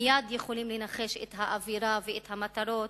מייד יכולים לנחש את האווירה ואת המטרות